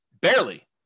barely